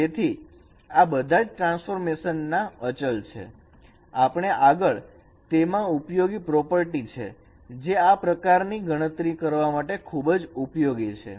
તેથી આ બધા આ ટ્રાન્સફોર્મેશન ના અચલ છે આપણે આગળ તેમાં ઉપયોગી પ્રોપર્ટી છે જે આ પ્રકાર ની ગણતરી કરવા માટે ખૂબ જ ઉપયોગી છે